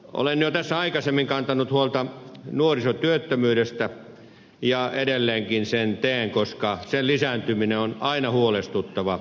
olen jo tässä aikaisemmin kantanut huolta nuorisotyöttömyydestä ja edelleenkin sen teen koska sen lisääntyminen on aina huolestuttava